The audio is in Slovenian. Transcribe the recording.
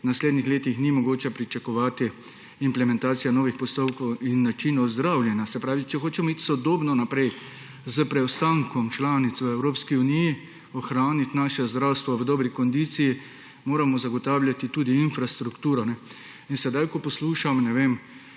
naslednjih letih ni mogoče pričakovati implementacije novih postopkov in načinov zdravljenja. Se pravi, če hočemo iti sodobno naprej s preostankom članic v Evropski uniji, ohraniti naše zdravstvo v dobri kondiciji, moramo zagotavljati tudi infrastrukturo. In sedaj ko poslušam o tem